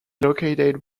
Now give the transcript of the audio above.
located